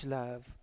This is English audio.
love